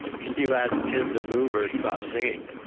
can you ask tim to move or stop singing?